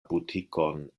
butikon